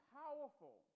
powerful